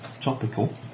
topical